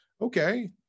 okay